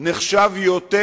נחשב יותר